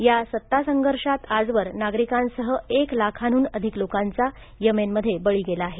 या सत्ता संघर्षात आजवर नागरिकांसह एक लाखांहून अधिक लोकांचा येमेनमध्ये बळी गेला आहे